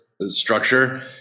structure